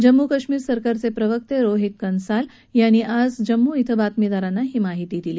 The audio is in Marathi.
जम्मू काश्मीर सरकारचे प्रवक्ते रोहीत कन्सल यांनी आज जम्मू इथं बातमीदारांशी बोलताना ही माहिती दिली